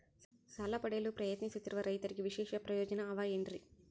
ಸಾಲ ಪಡೆಯಲು ಪ್ರಯತ್ನಿಸುತ್ತಿರುವ ರೈತರಿಗೆ ವಿಶೇಷ ಪ್ರಯೋಜನ ಅವ ಏನ್ರಿ?